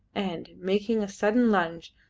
and, making a sudden lunge,